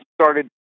started